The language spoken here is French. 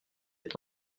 est